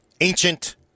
ancient